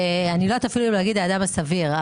אני לא יודעת אפילו להגיד האדם הסביר,